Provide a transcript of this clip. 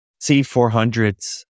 C400s